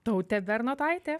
tautė bernotaitė